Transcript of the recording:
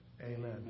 Amen